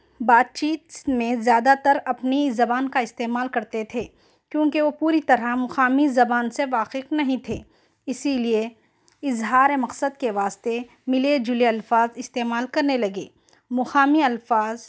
بات چیت میں زیادہ تر اپنی زبان کا استعمال کرتے تھے کیونکہ وہ پوری طرح مقامی زبان سے واقف نہیں تھے اِسی لئے اظہارِ مقصد کے واسطے ملے جُلے الفاظ استعمال کرنے لگے مقامی الفاظ